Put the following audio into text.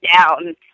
down